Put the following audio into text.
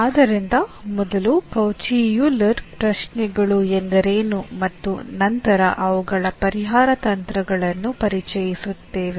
ಆದ್ದರಿಂದ ಮೊದಲು Cauchy Euler ಪ್ರಶ್ನೆಗಳು ಎಂದರೇನು ಮತ್ತು ನಂತರ ಅವುಗಳ ಪರಿಹಾರ ತಂತ್ರಗಳನ್ನು ಪರಿಚಯಿಸುತ್ತೇವೆ